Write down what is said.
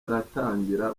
aratangira